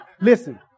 listen